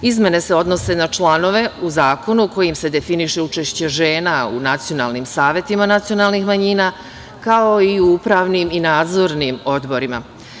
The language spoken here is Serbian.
Izmene se odnose na članove u zakonu kojim se definiše učešće žena u nacionalnim savetima nacionalnih manjina, kao i u upravnim i nadzornim odborima.